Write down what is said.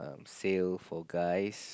sale for guys